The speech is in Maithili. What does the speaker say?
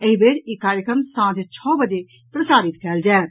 एहि बेर ई कार्यक्रम सांझ छओ बजे प्रसारित कयल जायत